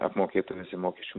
apmokėtų visi mokesčių